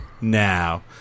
now